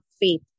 faith